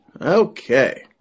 Okay